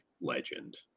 legend